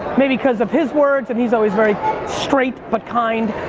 maybe because of his words, and he's always very straight but kind,